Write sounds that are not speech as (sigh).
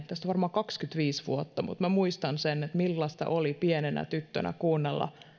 (unintelligible) tästä on varmaan kaksikymmentäviisi vuotta mutta muistan edelleen millaista oli pienenä tyttönä kuunnella